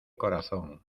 corazón